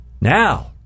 Now